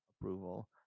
approval